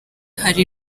hari